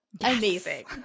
Amazing